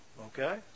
okay